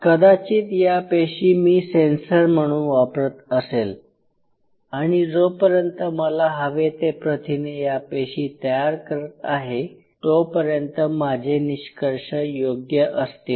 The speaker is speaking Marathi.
कदाचित या पेशी मी सेन्सर म्हणून वापरत असेल आणि जोपर्यंत मला हवे ते प्रथिने या पेशी तयार करत आहे तोपर्यंत माझे निष्कर्ष योग्य असतील